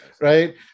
right